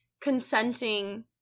consenting